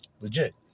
Legit